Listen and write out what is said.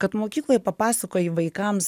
kad mokykloj papasakoji vaikams